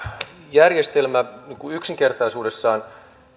järjestelmä on yksinkertaisuudessaan